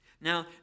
Now